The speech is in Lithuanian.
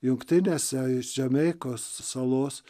jungtinėse iš jameikos salos